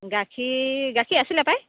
গাখীৰ গাখীৰ আছিলে পাই